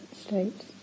states